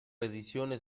ediciones